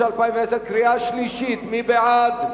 התש"ע 2010. מי בעד?